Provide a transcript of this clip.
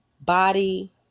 body